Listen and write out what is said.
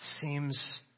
Seems